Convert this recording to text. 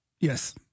Yes